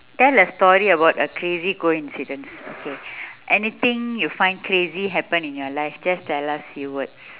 tell a story about a crazy coincidence okay anything you find crazy happen in your life just tell us few words